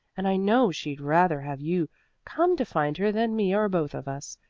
and i know she'd rather have you come to find her than me or both of us.